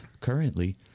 currently